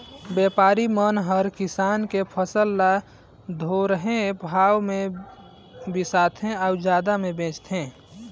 बेपारी मन हर किसान के फसल ल थोरहें भाव मे बिसाथें अउ जादा मे बेचथें